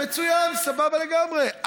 מצוין, סבבה לגמרי.